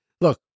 look